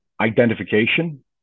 identification